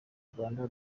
rwanda